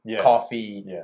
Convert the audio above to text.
coffee